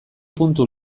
puntu